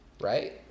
Right